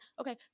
Okay